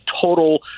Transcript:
total